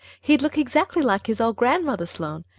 he'd look exactly like his old grandmother sloane.